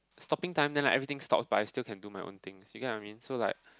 stopping time then like everything stops but I still can do my own thing so you get what I mean so like